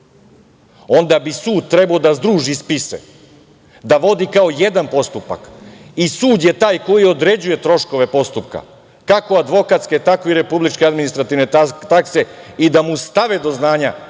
onda bi sud trebao da združi spisak, da vodi kao jedan postupak i sud je taj koji određuje troškove postupka, kako advokatske, tako i republičke administrativne takse i da mu stave do znanja